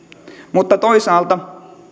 mutta toisaalta